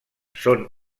són